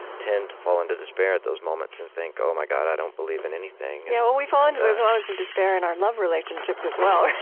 tend to fall into despair at those moments and think, oh, my god, i don't believe in anything yeah, we fall into those moments of despair in our love relationships as well, right?